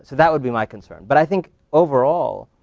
so that would be my concern. but i think overall,